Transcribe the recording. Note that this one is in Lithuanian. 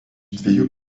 dviejų